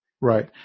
Right